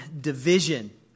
division